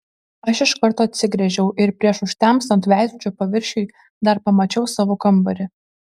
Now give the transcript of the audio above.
aš iš karto atsigręžiau ir prieš užtemstant veidrodžio paviršiui dar pamačiau savo kambarį